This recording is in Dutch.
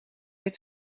weer